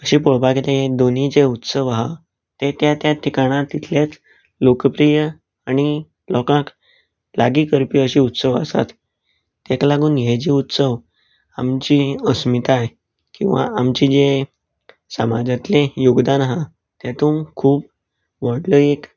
तशें पळोवपाक गेलें दोनीय जे उत्सव आहा हे त्या त्या ठिकाणी तितलेंच लोकप्रिय आनी लोकांक लागी करपी अशें उत्सव आसात तेका लागून हें जे उत्सव आमची अस्मिताय किंवां आमची जे समाजांतली योगदान आहा तेतूंत खूब व्हडलो एक